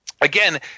again